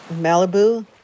Malibu